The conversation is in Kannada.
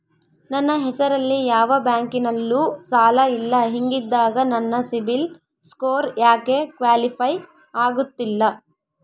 ನನ್ನ ಹೆಸರಲ್ಲಿ ಯಾವ ಬ್ಯಾಂಕಿನಲ್ಲೂ ಸಾಲ ಇಲ್ಲ ಹಿಂಗಿದ್ದಾಗ ನನ್ನ ಸಿಬಿಲ್ ಸ್ಕೋರ್ ಯಾಕೆ ಕ್ವಾಲಿಫೈ ಆಗುತ್ತಿಲ್ಲ?